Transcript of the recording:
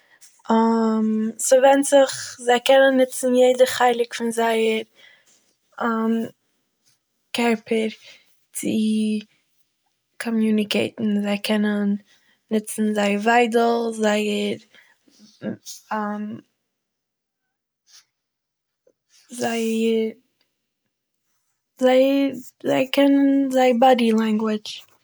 ס'ווענדט זיך, זיי קענען נוצן יעדער חלק פון זייער קערפער צו קאמיוניקעיטען זיי קענען נוצן זייער וויידל זייער זייער זיי קענען זייער באדי לעינגווידש.